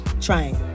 Trying